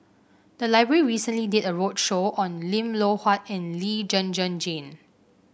the library recently did a roadshow on Lim Loh Huat and Lee Zhen Zhen Jane